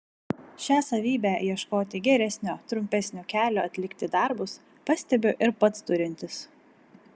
šią savybę ieškoti geresnio trumpesnio kelio atlikti darbus pastebiu ir pats turintis